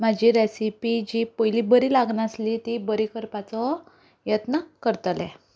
म्हजी रेसिपी जी पयलीं बरी लागनासली ती बरी करपाचो येत्न करतलें